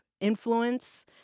influence